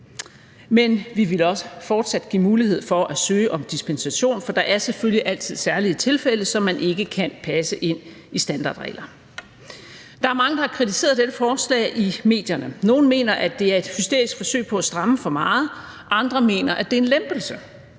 Men vi ville også fortsat give mulighed for at søge om dispensation, for der er selvfølgelig altid særlige tilfælde, som man ikke kan passe ind i standardregler. Der er mange, der har kritiseret dette forslag i medierne. Nogle mener, at det er et hysterisk forsøg på at stramme for meget, og andre mener, at det er en lempelse.